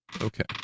Okay